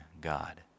God